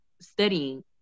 studying